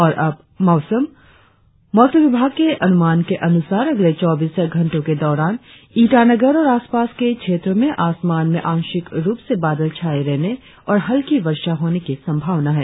और अब मौसम मौसम विभाग के अनुमान के अनुसार अगले चौबीस घंटो के दौरान ईटानगर और आसपास के क्षेत्रो में आसमान में आंशिक रुप से बादल छाये रहने और हल्की वर्षा होने की संभावना है